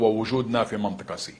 מהמדינות המסייעות לנו,